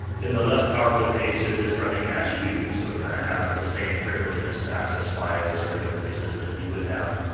in the less powerful case, it is running as you. so it kind of has the same privileges to access files, or to go places that you would have.